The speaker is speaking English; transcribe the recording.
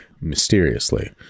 Mysteriously